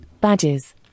badges